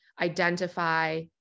identify